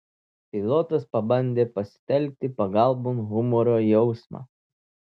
pilotas pabandė pasitelkti pagalbon humoro jausmą